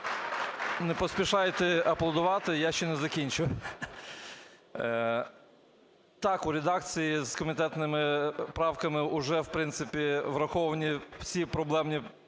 Не поспішайте аплодувати, я ще не закінчив. Так, у редакції з комітетськими правками уже, в принципі, враховані всі проблемні